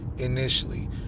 Initially